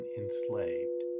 enslaved